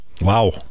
Wow